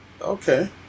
Okay